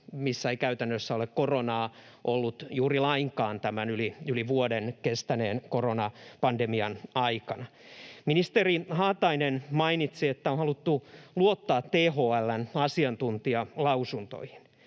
missä ei käytännössä ole koronaa ollut juuri lainkaan tämän yli vuoden kestäneen koronapandemian aikana. Ministeri Haatainen mainitsi, että on haluttu luottaa THL:n asiantuntijalausuntoihin.